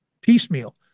Piecemeal